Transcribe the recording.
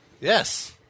Yes